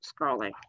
scrolling